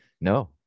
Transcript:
No